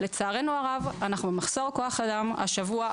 לצערנו הרב אנחנו במחסור בכוח אדם השבוע,